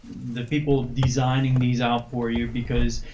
the people designing these out for you because,